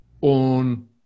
on